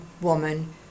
woman